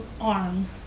arm